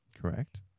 Correct